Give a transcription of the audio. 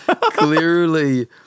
clearly